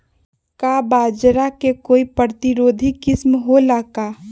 का बाजरा के कोई प्रतिरोधी किस्म हो ला का?